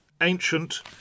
ancient